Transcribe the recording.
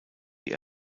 die